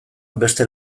beste